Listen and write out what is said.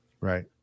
Right